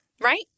right